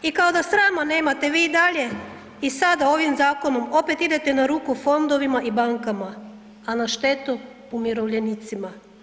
I kao da srama nemate, vi i dalje i sada ovim zakonom opet idete na ruku fondovima i bankama, a na štetu umirovljenicima.